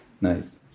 Nice